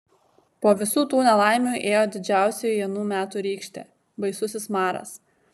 po visų tų nelaimių ėjo didžiausioji anų metų rykštė baisusis maras